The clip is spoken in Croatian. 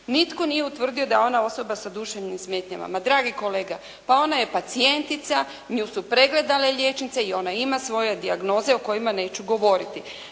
Nitko nije utvrdio da je ona osoba sa duševnim smetnjama. Ma dragi kolega pa ona je pacijentica. Nju su pregledale liječnice i ona ima svoje dijagnoze o kojima neću govoriti.